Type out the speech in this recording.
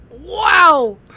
Wow